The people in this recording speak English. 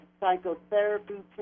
psychotherapy